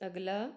अगला